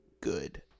good